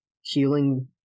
healing